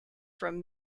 from